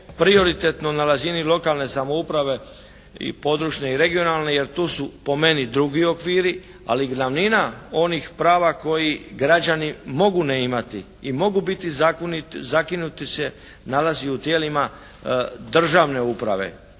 prioritetno na razini lokalne samouprave i područne i regionalne jer tu su po meni drugi okviri ali glavnina onih prava koji građani mogu ne imati i mogu biti zakinuti se nalazi u tijelima državne uprave.